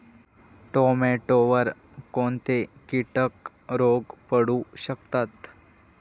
टोमॅटोवर कोणते किटक रोग पडू शकतात?